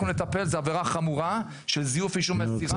כי זו עבירה חמורה של זיוף אישור מסירה.